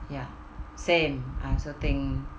ya same I also think